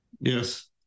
Yes